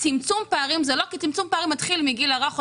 אבל צמצום פערים זה לא כי צמצום פערים מתחיל מהגיל הרך,